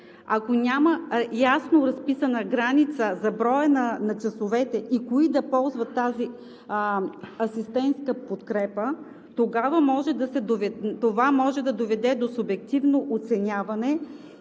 Ако няма ясно разписана граница за броя на часовете и кои да ползват тази асистентска подкрепа, това може да доведе до субективно оценяване